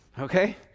Okay